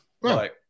Right